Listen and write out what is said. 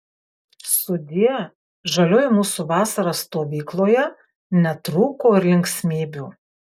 sudie žalioji mūsų vasara stovykloje netrūko ir linksmybių